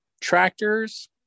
tractors